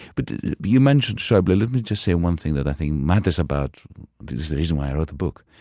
but you mentioned schaeuble. let me just say one thing that i think matters about this is the reason why i wrote the book.